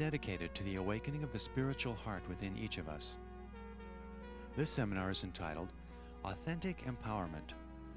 dedicated to the awakening of the spiritual heart within each of us this seminars and titled authentic empowerment